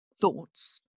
thoughts